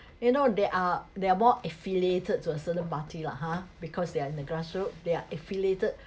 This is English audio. you know they are they are more affiliated to a certain party lah ha because they are in the grassroot they're affiliated